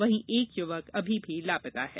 वहीं एक युवक अभी भी लापता है